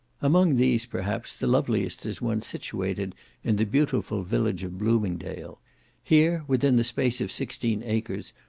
among these, perhaps, the loveliest is one situated in the beautiful village of bloomingdale here, within the space of sixteen acres,